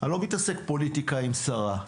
אני לא מתעסק פוליטיקה עם שרה.